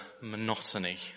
monotony